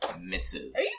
misses